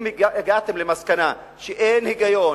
אם הגעתם למסקנה שאין היגיון,